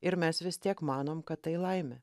ir mes vis tiek manom kad tai laimė